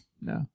No